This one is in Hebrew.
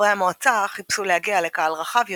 חברי המועצה חיפשו להגיע לקהל רחב יותר,